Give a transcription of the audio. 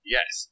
Yes